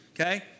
Okay